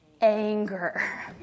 anger